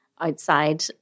outside